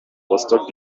rostock